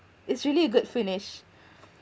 it's really a good finish